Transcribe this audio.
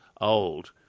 old